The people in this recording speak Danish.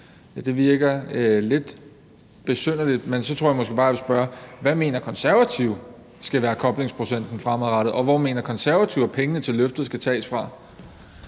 Det virker lidt besynderligt, men så tror jeg måske bare, jeg vil spørge: Hvad mener Konservative skal være koblingsprocenten fremadrettet, og hvorfra mener Konservative at pengene til løftet skal tages?